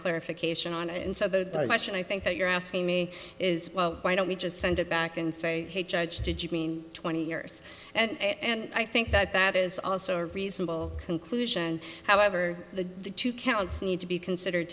clarification on it and so the question i think you're asking me is well why don't we just send it back and say hey judge did you mean twenty years and i think that that is also a reasonable conclusion however the two counts need to be considered